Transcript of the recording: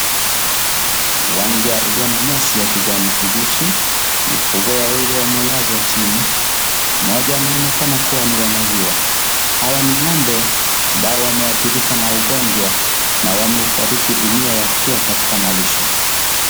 Uwanja ulio na nyasi ya kijani kibichi. Mifugo wawili wamelazwa chini, moja anaonekana kuwa ni wa maziwa. Hawa ni ng'ombe ambao wameathirika na ugonjwa na wamefariki dunia wakiwa katika malisho.